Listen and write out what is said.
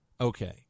okay